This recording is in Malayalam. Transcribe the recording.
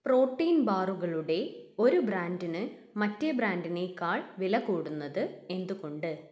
പ്രോട്ടീൻ ബാറുകളുടെ ഒരു ബ്രാൻഡിന് മറ്റേ ബ്രാൻഡിനേക്കാൾ വിലകൂടുന്നത് എന്തുകൊണ്ട്